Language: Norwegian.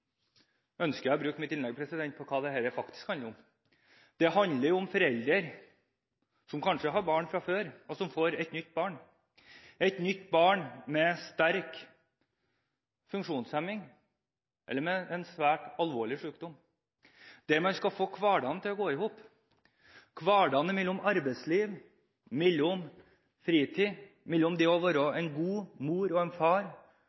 ønsker jeg å bruke mitt innlegg til å snakke om hva dette faktisk handler om. Dette handler om foreldre som kanskje har barn fra før, og som får et nytt barn med sterk funksjonshemming eller en svært alvorlig sykdom, og hvor man skal få hverdagen til å gå i hop – en hverdag hvor man skal balansere mellom arbeidsliv, fritid og det å være en god mor og far